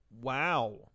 Wow